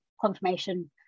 confirmation